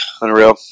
Unreal